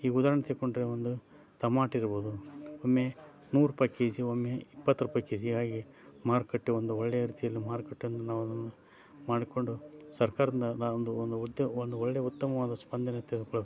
ಈಗ ಉದಾಹರ್ಣೆ ತಕೊಂಡ್ರೆ ಒಂದು ಟಮಾಟಿರ್ಬೋದು ಒಮ್ಮೆ ನೂರು ರೂಪಾಯಿ ಕೆ ಜಿ ಒಮ್ಮೆ ಇಪ್ಪತ್ತು ರೂಪಾಯಿ ಕೆ ಜಿ ಹಾಗೆ ಮಾರುಕಟ್ಟೆ ಒಂದು ಒಳ್ಳೆಯ ರೀತಿಯಲ್ಲಿ ಮಾರುಕಟ್ಟೆ ಒಂದು ನಾವದನ್ನು ಮಾಡಿಕೊಂಡು ಸರ್ಕಾರದಿಂದ ನಾ ಒಂದು ಒಂದು ಉತ್ ಒಂದು ಒಳ್ಳೆಯ ಉತ್ತಮವಾದ ಸ್ಪಂದನೆ ತೆಗೆದುಕೊಳ್ಳಬೇಕು